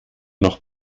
noch